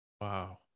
Wow